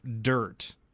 dirt